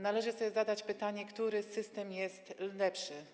Należy zadać pytanie, który system jest lepszy.